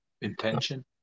Intention